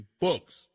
books